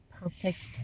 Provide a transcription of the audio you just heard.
Perfect